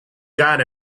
got